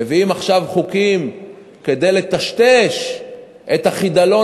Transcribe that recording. מביאים עכשיו חוקים כדי לטשטש את החידלון